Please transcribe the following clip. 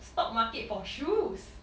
stock market for shoes